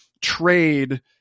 trade